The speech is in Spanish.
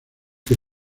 que